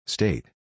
State